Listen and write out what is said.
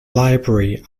library